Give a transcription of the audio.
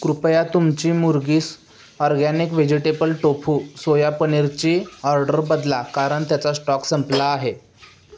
कृपया तुमची मुर्गीस ऑरगॅनिक व्हेजिटेबल टोफू सोया पनीरची ऑर्डर बदला कारण त्याचा स्टॉक संपला आहे